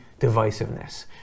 divisiveness